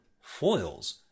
foils